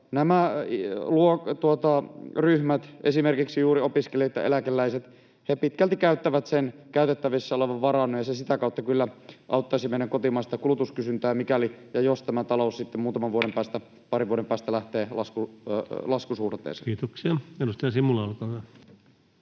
Nämä ryhmät, esimerkiksi juuri opiskelijat ja eläkeläiset, pitkälti käyttävät sen käytettävissä olevan varannon, ja se sitä kautta kyllä auttaisi meidän kotimaista kulutuskysyntää, mikäli tämä talous sitten parin vuoden päästä lähtee laskusuhdanteeseen. Kiitoksia. — Edustaja Simula, olkaa hyvä.